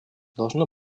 должно